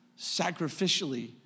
sacrificially